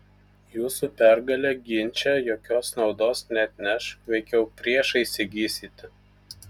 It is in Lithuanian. jūsų pergalė ginče jokios naudos neatneš veikiau priešą įsigysite